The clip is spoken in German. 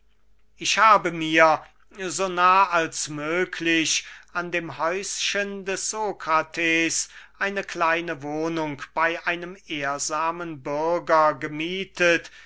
ich habe mir so nah als möglich an dem häuschen des sokrates eine kleine wohnung bey einem ehrsamen bürger gemiethet